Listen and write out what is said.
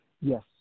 Yes